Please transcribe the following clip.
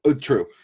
true